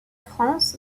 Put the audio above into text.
france